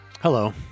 Hello